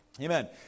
Amen